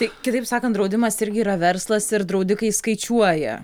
tai kitaip sakant draudimas irgi yra verslas ir draudikai skaičiuoja